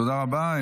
תודה רבה.